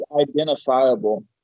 identifiable